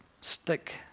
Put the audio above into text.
stick